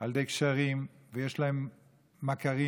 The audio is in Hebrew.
על ידי קשרים ויש להם מכרים,